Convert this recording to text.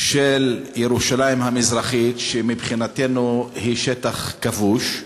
של ירושלים המזרחית, שמבחינתנו היא שטח כבוש,